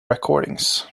recordings